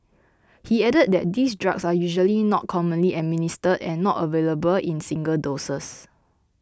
he added that these drugs are usually not commonly administer and not available in single doses